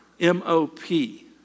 M-O-P